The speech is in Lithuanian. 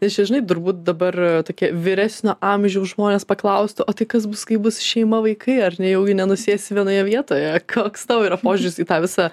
nes čia žinai turbūt dabar tokie vyresnio amžiaus žmonės paklaustų o tai kas bus kai bus šeima vaikai ar nejaugi nenusėsi vienoje vietoje koks tavo yra požiūris į tą visą